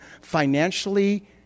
financially